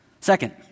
Second